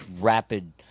rapid